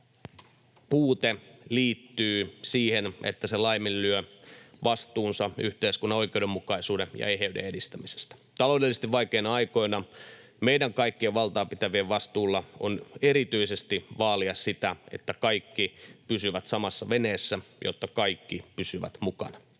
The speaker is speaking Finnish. puute liittyy siihen, että se laiminlyö vastuunsa yhteiskunnan oikeudenmukaisuuden ja eheyden edistämisestä. Taloudellisesti vaikeina aikoina meidän kaikkien valtaa pitävien vastuulla on erityisesti vaalia sitä, että kaikki pysyvät samassa veneessä, jotta kaikki pysyvät mukana.